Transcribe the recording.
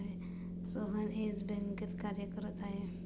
Sohan Yes बँकेत कार्यरत आहे